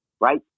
right